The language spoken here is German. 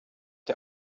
der